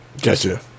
Gotcha